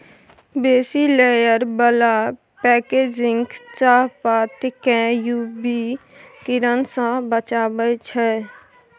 बेसी लेयर बला पैकेजिंग चाहपात केँ यु वी किरण सँ बचाबै छै